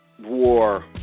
war